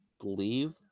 believe